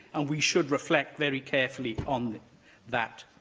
and we should reflect very carefully on that.